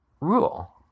rule